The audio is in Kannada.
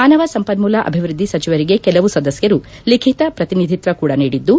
ಮಾನವ ಸಂಪನ್ನೂಲ ಅಭಿವೃದ್ದಿ ಸಚಿವರಿಗೆ ಕೆಲವು ಸದಸ್ಯರು ಲಿಖಿತ ಪ್ರತಿನಿಧಿತ್ವ ಕೂಡ ನೀಡಿದ್ದು